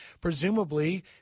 presumably